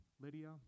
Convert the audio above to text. Lydia